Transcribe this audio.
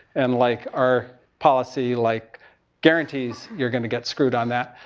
and like, our policy like guarantees you're going to get screwed on that.